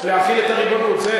להחיל את הריבונות,